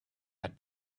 had